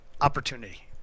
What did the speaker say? opportunity